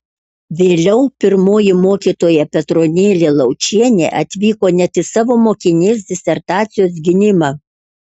vėliau pirmoji mokytoja petronėlė laučienė atvyko net į savo mokinės disertacijos gynimą